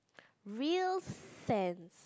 real cent